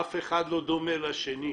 אף אחד לא דומה לשני,